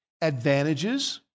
advantages